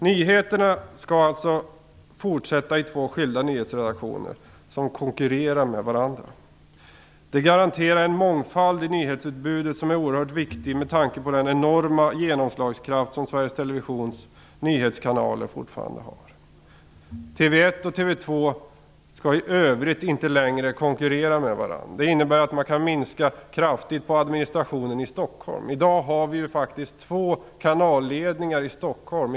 Nyheterna skall alltså fortsätta i två skilda nyhetsredaktioner, som konkurrerar med varandra. Det garanterar en mångfald i nyhetsutbudet som är oerhört viktig med tanke på den enorma genomslagskraft som Sveriges Televisions nyhetskanaler fortfarande har. Kanal 1 och TV2 skall i övrigt inte längre konkurrera med varandra. Det innebär att man kan minska kraftigt på administrationen i Stockholm. I dag har vi ju faktiskt två kanalledningar i Stockholm.